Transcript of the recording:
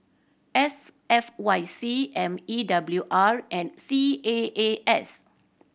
S F Y C M E W R and C A A S